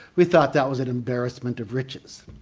we thought that was an embarrassment of riches.